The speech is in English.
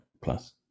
plus